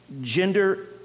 gender